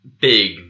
big